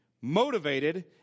motivated